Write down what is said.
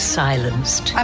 silenced